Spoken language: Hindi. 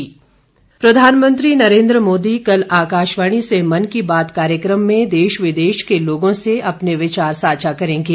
मन की बात प्रधानमंत्री नरेंद्र मोदी कल आकाशवाणी से मन की बात कार्यक्रम में देश विदेश के लोगों से अपने विचार साझा करेंगे